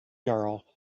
girl